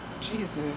Jesus